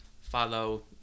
Follow